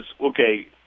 okay